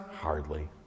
Hardly